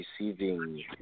receiving